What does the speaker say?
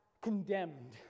condemned